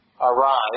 arrive